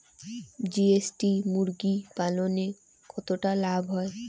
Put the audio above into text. GST মুরগি পালনে কতটা লাভ হয়?